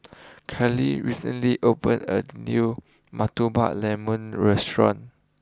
Karly recently opened a new Murtabak Lembu restaurant